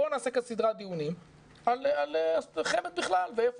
בואו נעשה את סדרי הדיונים על חמ"ד בכלל ואיפה